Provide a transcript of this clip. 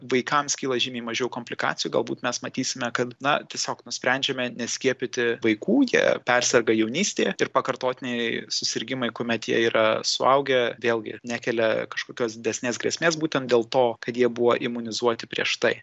vaikams kyla žymiai mažiau komplikacijų galbūt mes matysime kad na tiesiog nusprendžiame neskiepyti vaikų jie perserga jaunystėje ir pakartotiniai susirgimai kuomet jie yra suaugę vėlgi nekelia kažkokios didesnės grėsmės būtent dėl to kad jie buvo imunizuoti prieš tai